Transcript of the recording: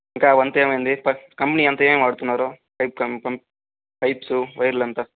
ఇంకా అవంతా ఏమైంది కంపెనీ అంత ఏం వాడుతున్నారు పైప్ కంపెనీ పైప్స్ వైర్లంతా